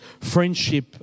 friendship